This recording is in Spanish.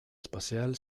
espacial